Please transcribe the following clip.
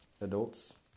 adults